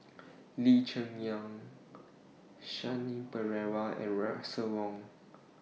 Lee Cheng Yan Shanti Pereira and Russel Wong